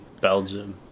Belgium